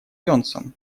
йонсон